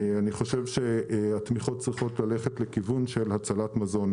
אני חושב שהתמיכות צריכות ללכת לכיוון של הצלת מזון.